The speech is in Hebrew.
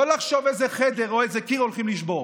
לא לחשוב איזה חדר או איזה קיר הולכים לשבור.